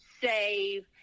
save